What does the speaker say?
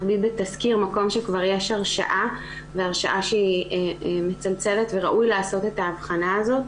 במקום שכבר יש הרשעה והרשעה שהיא מצלצלת וראוי לעשות את ההבחנה הזו.